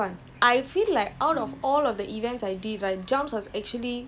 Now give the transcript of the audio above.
you you don't forget dance actually I don't know lah but it looks fun leh